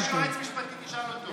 הינה, יש יועץ משפטי, תשאל אותו.